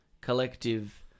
collective